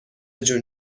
جون